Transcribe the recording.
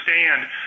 understand